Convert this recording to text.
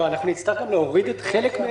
נצטרך להוריד חלק מהן,